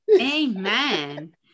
Amen